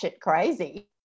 crazy